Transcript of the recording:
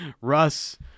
Russ